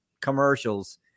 commercials